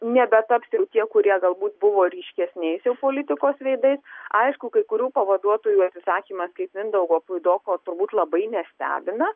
nebetaps jau tie kurie galbūt buvo ryškesniais jau politikos veidais aišku kai kurių pavaduotojų atsisakymas kaip mindaugo puidoko turbūt labai nestebina